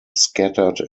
scattered